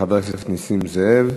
חבר הכנסת נסים זאב.